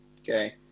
Okay